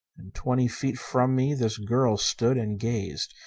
and twenty feet from me this girl stood and gazed,